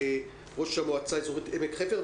ראשת המועצה האזורית עמק חפר,